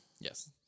Yes